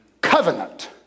covenant